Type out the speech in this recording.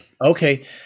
Okay